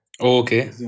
Okay